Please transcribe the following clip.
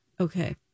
Okay